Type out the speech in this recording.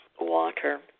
water